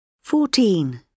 fourteen